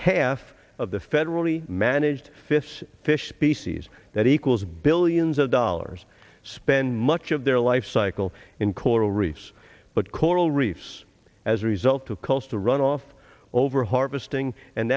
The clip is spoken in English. half of the federally managed fifths fish species that equals billions of dollars spend much of their life cycle in coral reefs but coral reefs as a result of close to runoff over harvesting and